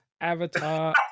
avatar